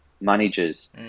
managers